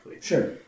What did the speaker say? Sure